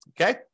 Okay